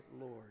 Lord